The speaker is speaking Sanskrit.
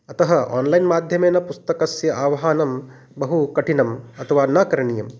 अतः आन्लैन् माध्यमेन पुस्तकस्य आह्वानं बहु कठिनम् अथवा न करणीयम्